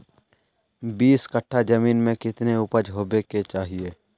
बीस कट्ठा जमीन में कितने उपज होबे के चाहिए?